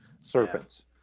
serpents